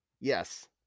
yes